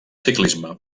ciclisme